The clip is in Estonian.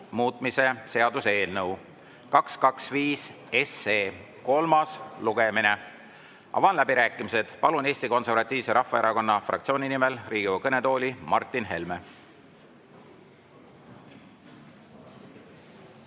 muutmise seaduse eelnõu 225 kolmas lugemine. Avan läbirääkimised. Palun Eesti Konservatiivse Rahvaerakonna fraktsiooni nimel Riigikogu kõnetooli Martin Helme.